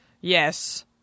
Yes